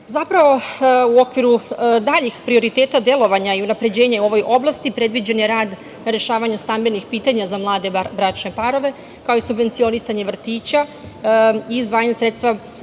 godini. Zapravo u okviru daljih prioriteta delovanja i unapređenja u ovoj oblasti predviđen je rad rešavanja stambenih pitanja za mlade bračne parove kao i subvencionisanje vrtića, izdvajanje daljih